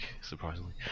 surprisingly